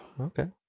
okay